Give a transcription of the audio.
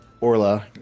Orla